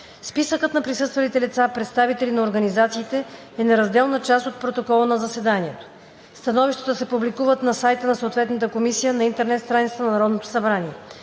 Списъкът на присъствалите лица, представители на организациите, е неразделна част от протокола на заседанието. Становищата се публикуват на сайта на съответната комисия на интернет страницата на Народното събрание.